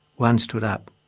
one stood up.